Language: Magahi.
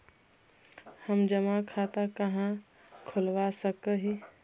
हम जमा खाता कहाँ खुलवा सक ही?